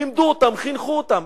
לימדו אותם, חינכו אותם.